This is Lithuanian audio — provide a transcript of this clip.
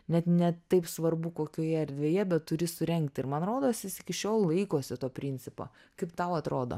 net ne taip svarbu kokioje erdvėje bet turi surengti ir man rodos jis iki šiol laikosi to principo kaip tau atrodo